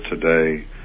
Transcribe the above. today